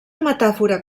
metàfora